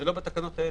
לא בתקנות האלה.